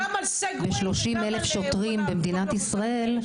עם 30 אלף שוטרים במדינת ישראל,